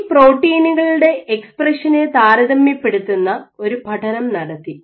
ഈ പ്രോട്ടീനുകളുടെ എക്സ്പ്രഷനെ താരതമ്യപ്പെടുത്തുന്ന ഒരു പഠനം നടത്തി